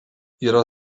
yra